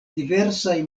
diversaj